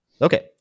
Okay